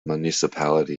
municipality